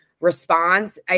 response